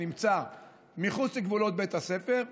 שנמצא מחוץ לגבולות בית הספר.